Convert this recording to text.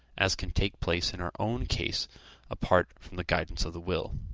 as can take place in our own case apart from the guidance of the will.